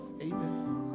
Amen